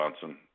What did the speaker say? Johnson